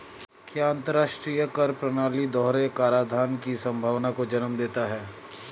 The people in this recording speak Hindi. क्या अंतर्राष्ट्रीय कर प्रणाली दोहरे कराधान की संभावना को जन्म देता है?